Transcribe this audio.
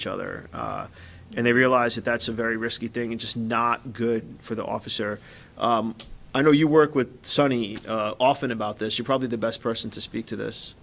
each other and they realize that that's a very risky thing and just not good for the officer i know you work with sunny often about this you're probably the best person to speak to this